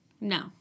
No